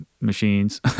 machines